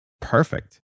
perfect